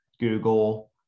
Google